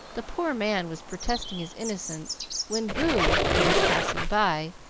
the poor man was protesting his innocence when boo, who was passing by,